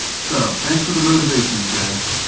so thanks for the motivation, you guys.